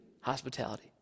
hospitality